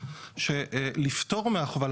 לפתור מהחובה,